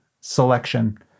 selection